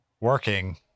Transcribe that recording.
working